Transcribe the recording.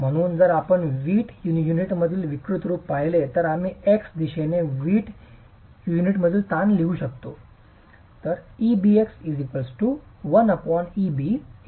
म्हणून जर आपण वीट युनिटमधील विकृत रूप पाहिले तर आम्ही X दिशेने वीट युनिटमधील ताण लिहू शकतो